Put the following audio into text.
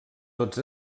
tots